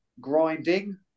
grinding